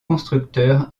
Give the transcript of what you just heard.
constructeur